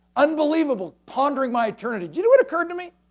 unbelievable, pondering my eternity. do you know what occurred to me?